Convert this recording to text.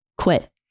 quit